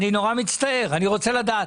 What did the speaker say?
אני נורא מצטער, אני רוצה לדעת.